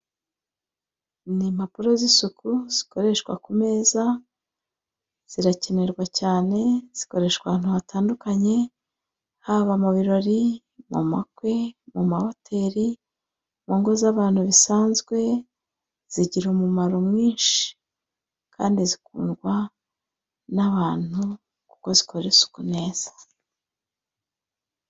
Ni impapuro z'isuku zikoreshwa ku meza, zirakenerwa cyane, zikoreshwa ahantu hatandukanye, haba mu birori, mu makwe, mu mahoteli, mu ngo z'abantu bisanzwe, zigira umumaro mwinshi kandi zikundwa n'abantu kuko zikora isuku neza.